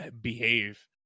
behave